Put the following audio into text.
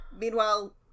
Meanwhile